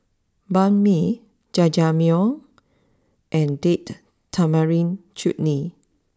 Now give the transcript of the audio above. Banh Mi Jajangmyeon and date Tamarind Chutney